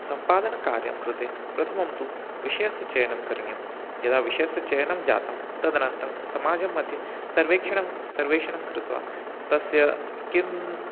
सम्पादनकार्यं कृते प्रथमं तु विषयस्य चयनं करणीयं यदा विषयस्य चयनं जातं तदनन्तरं समाजं मध्ये सर्वेक्षणं सर्वेषणं कृत्वा तस्य किम्